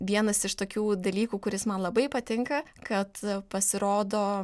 vienas iš tokių dalykų kuris man labai patinka kad pasirodo